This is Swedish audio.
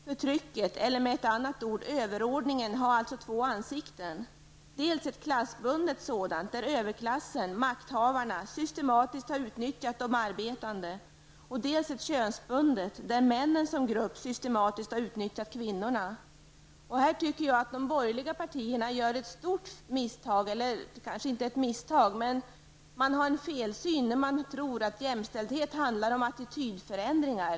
Förtrycket eller, med ett annat ord, överordningen har alltså två ansikten -- dels ett klassbundet där överklassen -- makthavarna -- systematiskt har utnyttjat de arbetande, dels ett könsbundet där männen som grupp systematiskt utnyttjat kvinnorna. Jag tycker här att de borgerliga partierna har en felsyn när de tror att jämställdhet handlar om attitydförändringar.